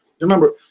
Remember